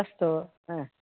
अस्तु